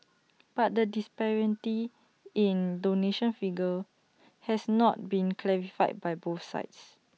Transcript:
but the disparity in donation figures has not been clarified by both sides